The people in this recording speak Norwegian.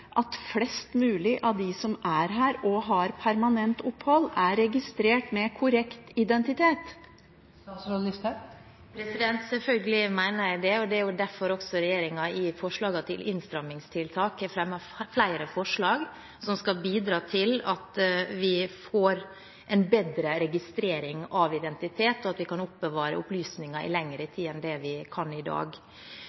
at flest mulig av dem som er her og har permanent opphold, er registrert med korrekt identitet? Selvfølgelig mener jeg det, og det er jo også derfor regjeringen fremmet flere forslag til innstrammingstiltak som skal bidra til at vi får en bedre registrering av identitet, og at vi kan oppbevare opplysninger i lengre